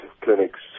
clinics